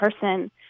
person